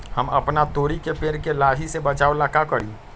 हम अपना तोरी के पेड़ के लाही से बचाव ला का करी?